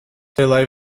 dylai